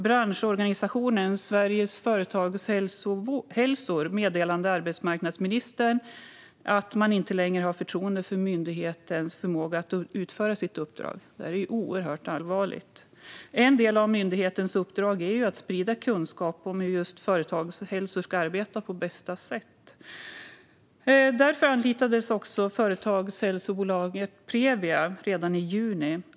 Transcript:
Branschorganisationen Sveriges Företagshälsor meddelade arbetsmarknadsministern att man inte längre hade förtroende för myndighetens förmåga att utföra sitt uppdrag. Detta är oerhört allvarligt. En del av myndighetens uppdrag är just att sprida kunskap om hur företagshälsor ska arbeta på bästa sätt. Därför anlitades också företagshälsobolaget Previa redan i juni.